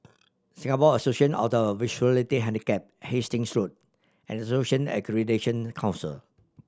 Singapore Association of the Visually Handicapped Hastings Road and Accreditation Council